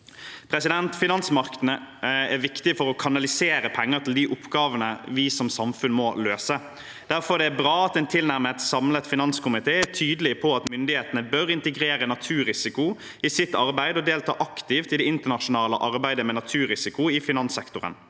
velferden. Finansmarkedene er viktige for å kanalisere penger til de oppgavene vi som samfunn må løse. Derfor er det bra at en tilnærmet samlet finanskomité er tydelig på at myndighetene bør integrere naturrisiko i sitt arbeid og delta aktivt i det internasjonale arbeidet med naturrisiko i finanssektoren.